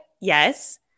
Yes